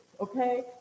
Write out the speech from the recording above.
okay